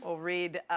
ah reed,